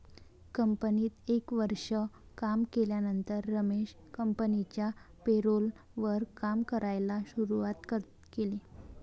कंपनीत एक वर्ष काम केल्यानंतर रमेश कंपनिच्या पेरोल वर काम करायला शुरुवात केले